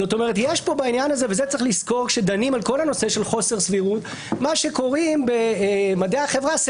יש ויכוח בספרות כמה הרחבה או